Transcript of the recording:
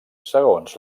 segons